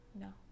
no